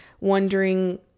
wondering